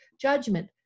judgment